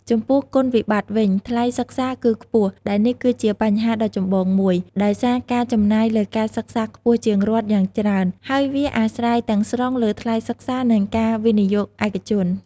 ចំពោះគុណវិបត្តិវិញ ថ្លៃសិក្សាគឺខ្ពស់ ដែលនេះគឺជាបញ្ហាដ៏ចម្បងមួយ ដោយសារការចំណាយលើការសិក្សាខ្ពស់ជាងរដ្ឋយ៉ាងច្រើន ហើយវាអាស្រ័យទាំងស្រុងលើថ្លៃសិក្សានិងការវិនិយោគឯកជន។